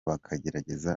bakagerageza